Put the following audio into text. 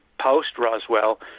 post-Roswell